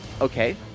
Okay